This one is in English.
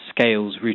scales